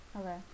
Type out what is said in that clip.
okay